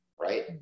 right